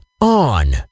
On